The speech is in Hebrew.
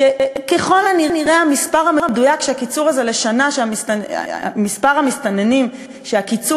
ככל הנראה המספר המדויק של המסתננים שהקיצור